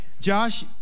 Josh